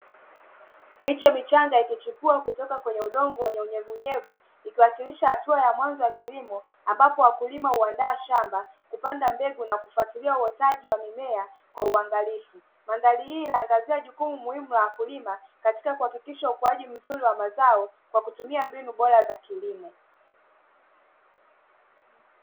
Miche michanga ikichipua kutoka kwenye udongo wenye unyevunyevu ikiwakilisha hatua ya mwanzo ya kilimo ambapo wakulima huandaa shamba, kupanda mbegu na kufuatilia uotaji wa mimea kwa uangalifu. Mandhari hii inaangazia jukumu la wakulima katika kuhakikisha ukuaji mzuri wa mazao kwa kutumia mbinu bora za kilimo.